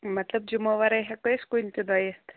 مطلب جُمعہٕ وَرٲے ہیٚکو أسۍ کُنہِ تہِ دۅہ یِتھ